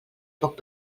poc